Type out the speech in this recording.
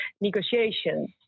negotiations